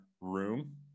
room